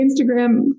Instagram